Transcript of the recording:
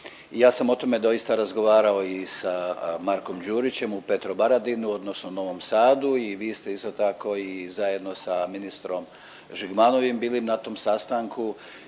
ja sam o tome doista razgovarao i sa Markom Đurićem u Petrovaradinu odnosno Novom Sadu i vi ste isto tako i zajedno sa ministrom Žigmanovim bili na tom sastanku